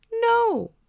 No